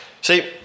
See